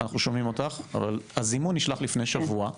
אנחנו שומעים אותך אבל הזימון נשלח לפני שבוע.